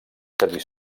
servir